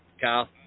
Kyle